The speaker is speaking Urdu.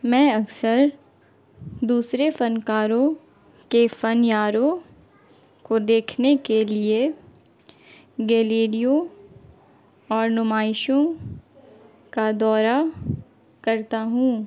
میں اکثر دوسرے فنکاروں کے فنپاروں کو دیکھنے کے لیے گیلیریوں اور نمائشوں کا دورہ کرتا ہوں